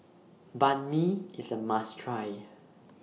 Banh MI IS A must Try